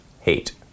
hate